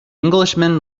englishman